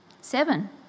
Seven